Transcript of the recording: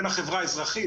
בין החברה האזרחית,